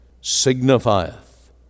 signifieth